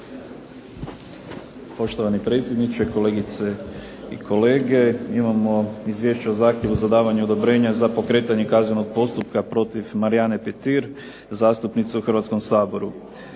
Poštovani predsjedniče, kolegice i kolege. Imamo izvješće o zahtjevu za davanje odobrenja za pokretanje kaznenog postupka protiv Marijane Petir, zastupnice u Hrvatskom saboru.